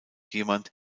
jemand